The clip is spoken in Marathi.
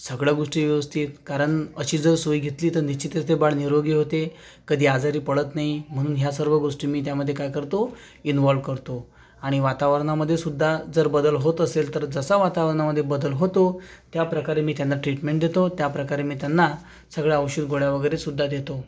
सगळ्या गोष्टी व्यवस्थित कारण अशी जर सोय घेतली तर निश्चितच ते बाळ निरोगी होते कधी आजारी पडत नाही म्हणून ह्या सर्व गोष्टी मी त्यामध्ये काय करतो इन्व्हॉल्व्ह करतो आणि वातावरणामधे सुद्धा जर बदल होत असेल तर जसा वातावरणामधे बदल होतो त्याप्रकारे मी त्यांना ट्रीटमेंट देतो त्याप्रकारे मी त्यांना सगळं औषध गोळ्या वगैरे सुध्दा देतो